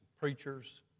preachers